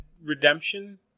Redemption